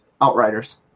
Outriders